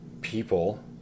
people